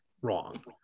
wrong